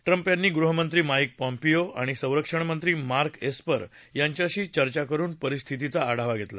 Trump यांनी गृहमंत्री Mike Pompeo आणि संरक्षणमंत्री मार्क एस्पर यांच्याशी चर्चा करुन परिस्थितीचा आढावा घेतला